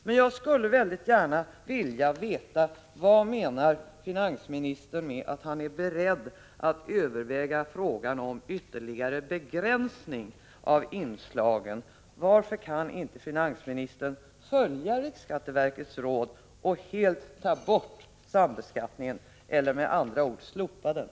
Sedan skulle jag väldigt gärna vilja veta vad finansministern menar med att han är beredd att överväga frågan om att ytterligare begränsa inslagen av sambeskattning. Varför kan inte finansministern följa riksskatteverkets råd och helt ta bort sambeskattningen, med andra ord slopa den?